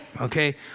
Okay